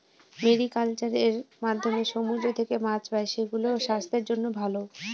mariculture এর মাধ্যমে সমুদ্র থেকে মাছ পাই, সেগুলো স্বাস্থ্যের জন্য ভালো